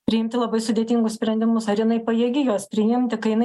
priimti labai sudėtingus sprendimus ar jinai pajėgi juos priimti kai jinai